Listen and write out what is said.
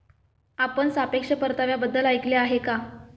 आपण सापेक्ष परताव्याबद्दल ऐकले आहे का?